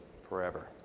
forever